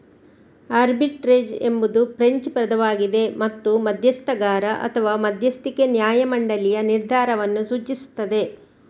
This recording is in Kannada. ಆರ್ಬಿಟ್ರೇಜ್ ಎಂಬುದು ಫ್ರೆಂಚ್ ಪದವಾಗಿದೆ ಮತ್ತು ಮಧ್ಯಸ್ಥಗಾರ ಅಥವಾ ಮಧ್ಯಸ್ಥಿಕೆ ನ್ಯಾಯ ಮಂಡಳಿಯ ನಿರ್ಧಾರವನ್ನು ಸೂಚಿಸುತ್ತದೆ